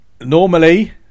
Normally